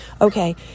okay